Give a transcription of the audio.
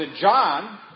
John